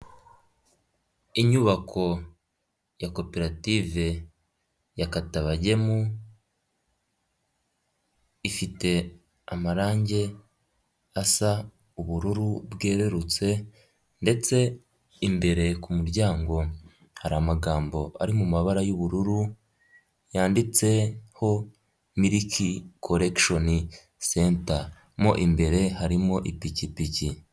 Inyubako ya koperative ya Katabagemu ifite amarangi asa ubururu bwerurutse ndetse imbere ku muryango hari amagambo ari mu mabara y'ubururu yanditseho miliki colection center mo imbere harimo ipikipiki.